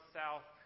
south